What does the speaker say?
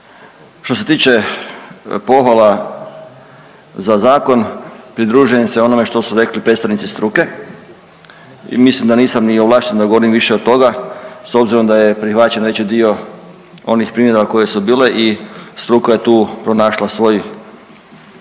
što se tiče pohvala za zakon, pridružujem se onome što su rekli predstavnici struke i mislim da nisam ni ovlašten da govorim više od toga s obzirom da je prihvaćen veći dio onih primjedba koje su bile i struka je tu pronašla svoj,